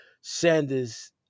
sanders